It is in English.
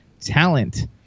Talent